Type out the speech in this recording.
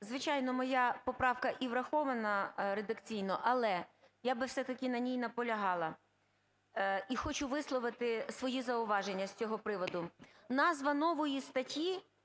звичайно моя поправка і врахована редакційно, але я би все-таки на ній наполягала. І хочу висловити свої зауваження з цього приводу. Назва нової статті